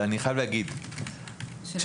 אני חייב להגיד, כשמדובר